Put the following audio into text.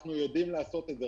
שאנחנו יודעים לעשות את זה.